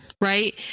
right